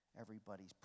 Everybody's